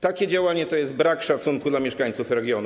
Takie działanie to jest brak szacunku dla mieszkańców regionu.